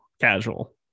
casual